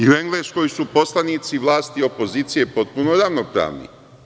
U Engleskoj su poslanici vlasti i opozicije potpuno ravnopravni.